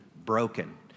broken